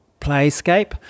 playscape